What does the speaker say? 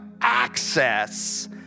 access